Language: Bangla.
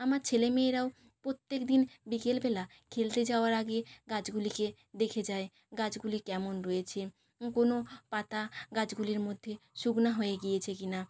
আমার ছেলে মেয়েরাও প্রত্যেক দিন বিকেলবেলা খেলতে যাওয়ার আগে গাছগুলিকে দেখে যায় গাছগুলি কেমন রয়েছে কোনো পাতা গাছগুলির মধ্যে শুকনো হয়ে গিয়েছে কি না